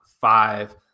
five